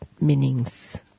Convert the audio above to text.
meanings